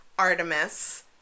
Artemis